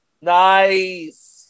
Nice